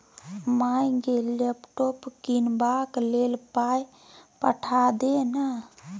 माय गे लैपटॉप कीनबाक लेल पाय पठा दे न